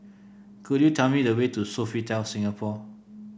could you tell me the way to Sofitel Singapore